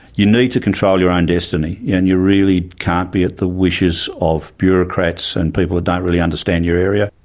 you need to control your own destiny. yeah and you really can't be at the wishes of bureaucrats and people who don't really understand your area.